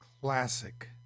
classic